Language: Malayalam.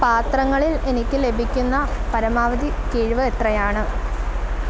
പാത്രങ്ങളില് എനിക്ക് ലഭിക്കുന്ന പരമാവധി കിഴിവ് എത്രയാണ്